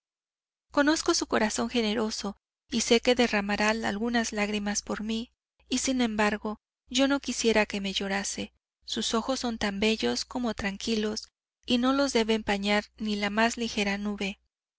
conozco su corazón generoso y sé que derramará algunas lágrimas por mí y sin embargo yo no quisiera que me llorase sus ojos son tan bellos como tranquilos y no los debe empañar ni la más ligera nube